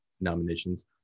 nominations